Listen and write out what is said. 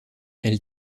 elle